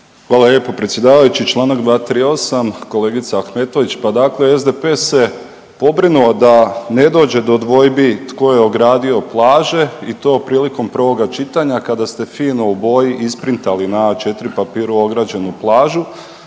Hvala lijepo predsjedavajući. Članak 238., kolegica Ahmetović, pa dakle SDP se pobrinuo da ne dođe do dvojbi tko je ogradio plaže i to prilikom prvoga čitanja kada ste fino u boji isprintali na A4 papiru ograđenu plažu,